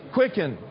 Quicken